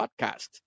podcast